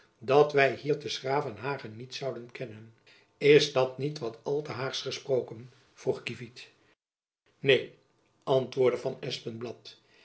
dat wy hier te s gravenhage niet zouden kennen is dat niet wat al te haagsch gesproken vroeg kievit neen antwoordde van